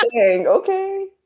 Okay